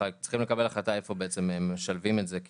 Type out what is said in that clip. צריכים לקבל החלטה איפה משלבים את זה.